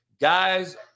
Guys